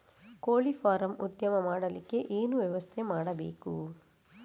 ಕೋಳಿ ಫಾರಂ ಉದ್ಯಮ ಮಾಡಲಿಕ್ಕೆ ಏನು ವ್ಯವಸ್ಥೆ ಮಾಡಬೇಕು?